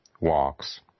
walks